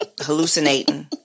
hallucinating